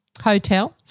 Hotel